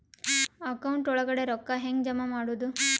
Account ಒಳಗಡೆ ರೊಕ್ಕ ಹೆಂಗ್ ಜಮಾ ಮಾಡುದು?